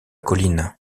colline